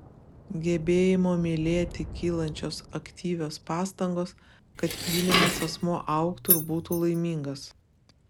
gebėjimo mylėti kylančios aktyvios pastangos kad mylimas asmuo augtų ir būtų laimingas